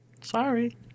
sorry